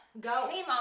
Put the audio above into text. Go